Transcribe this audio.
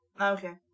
Okay